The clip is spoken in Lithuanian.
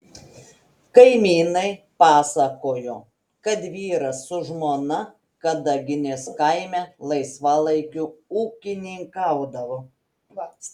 kaimynai pasakojo kad vyras su žmona kadaginės kaime laisvalaikiu ūkininkaudavo